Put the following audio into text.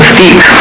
deep